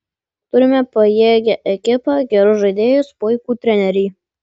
turime pajėgią ekipą gerus žaidėjus puikų trenerį